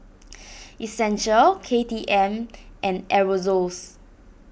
Essential K T M and Aerosoles